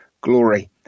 glory